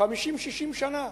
50 60 שנה.